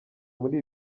muri